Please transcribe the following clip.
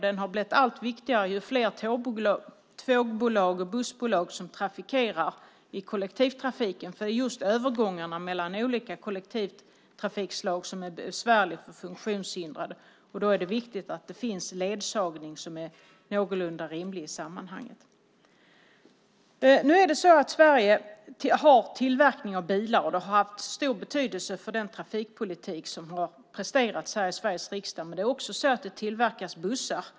Den har blivit allt viktigare ju fler tågbolag och bussbolag som trafikerar i kollektivtrafiken. Det är just övergångarna mellan olika kollektivtrafikslag som är besvärliga för funktionshindrade. Då är det viktigt att det finns ledsagning som är någorlunda rimlig i sammanhanget. Sverige har tillverkning av bilar, och det har haft stor betydelse för den trafikpolitik som har presterats här i Sveriges riksdag, men det tillverkas också bussar.